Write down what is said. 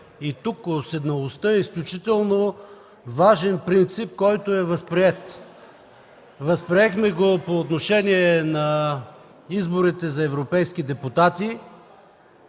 тук уседналостта е изключително важен принцип, който е възприет. Възприехме го по отношение на изборите за европейски депутати,